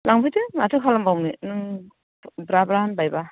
लांफैदो माथो खालामबावनो नों ब्रा ब्रा होनबायबा